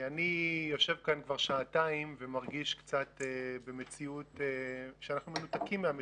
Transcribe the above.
אני יושב כאן כבר שעתיים ומרגיש קצת שאנחנו מנותקים מהמציאות.